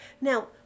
Now